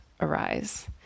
arise